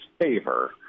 favor